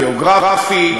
גיאוגרפי,